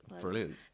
Brilliant